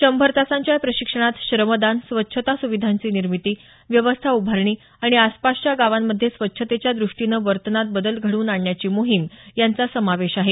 शंभर तासांच्या या प्रशिक्षणात श्रमदान स्वच्छता सुविधांची निर्मिती व्यवस्था उभारणी आणि आसपासच्या गावांमधे स्वच्छतेच्या द्रष्टीनं वर्तनात बदल घडवून आणण्याची मोहिम यांचा समावेश आहे